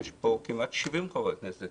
יש פה כמעט 70 חברי כנסת